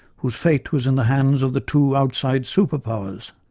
whose fate was in the hands of the two outside superpowers.